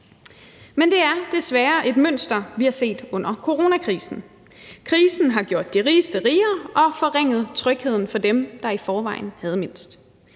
Men det er desværre et mønster, vi har set under coronakrisen. Krisen har gjort de rigeste rigere og forringet trygheden for dem, der i forvejen havde mindst.